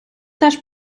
теж